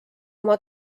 oma